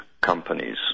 companies